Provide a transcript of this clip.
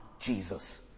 Jesus